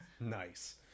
nice